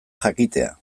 jakitea